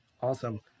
Awesome